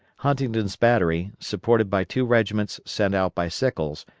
huntington's battery, supported by two regiments sent out by sickles,